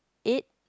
eight